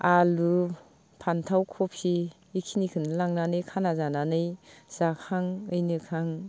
आलु फानथाव कबि बेखिनिखौनो लांनानै खाना जानानै जाहां मिनिहां